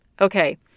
Okay